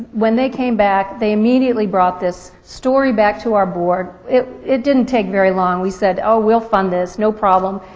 when they came back, they immediately brought this story back to our board. it it didn't take very long, we said, oh, we'll fund this, no problem.